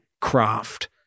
craft